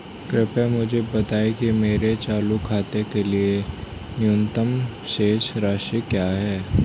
कृपया मुझे बताएं कि मेरे चालू खाते के लिए न्यूनतम शेष राशि क्या है